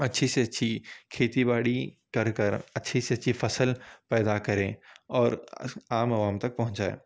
اچھی سے اچھی کھیتی باڑی کر کر اچھی سے اچھی فصل پیدا کرے اور عام عوام تک پہنچائے